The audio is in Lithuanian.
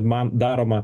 man daroma